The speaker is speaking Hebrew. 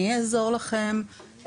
אני אעזור לכן,